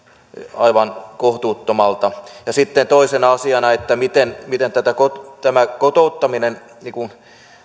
aivan kohtuuttomalta sitten toisena asiana miten miten tämä kotouttaminen